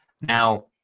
Now